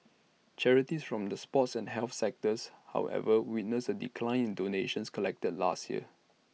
charities from the sports and health sectors however witnessed A decline in donations collected last year